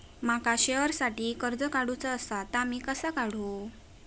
माका शेअरसाठी कर्ज काढूचा असा ता मी कसा काढू?